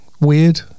weird